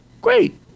great